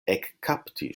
ekkapti